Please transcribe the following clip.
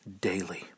daily